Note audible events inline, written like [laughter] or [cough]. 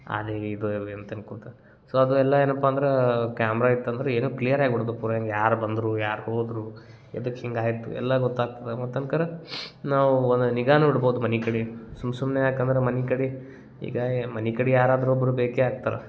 [unintelligible] ಎಂತ ಅನ್ಕೊಂತ ಸೊ ಅದು ಎಲ್ಲಾ ಏನಪ್ಪ ಅಂದ್ರಾ ಕ್ಯಾಮ್ರ ಇತ್ತಂದ್ರ ಏನು ಕ್ಲಿಯರಾಗ ಬಿಡ್ತು ಪೂರ ಇಲ್ಲಿ ಯಾರ ಬಂದರೂ ಯಾರ ಹೋದರೂ ಎದಕ್ಕೆ ಹಿಂಗಾಯಿತು ಎಲ್ಲ ಗೊತ್ತಾಗ್ತದೆ ಮತ್ತೆ ಅನ್ಕರ ನಾವು ಒಂದು ನಿಗಾ ನೋಡ್ಬೋದು ಮನೆ ಕಡೆ ಸುಮ್ ಸುಮ್ನೆ ಯಾಕಂದ್ರೆ ಮನೆ ಕಡೆ ಈಗ ಮನೆ ಕಡೆ ಯಾರಾದರು ಒಬ್ಬರು ಬೇಕೇ ಆಗ್ತಾರೆ